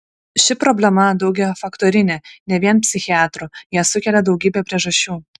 ši problema daugiafaktorinė ne vien psichiatrų ją sukelia daugybė priežasčių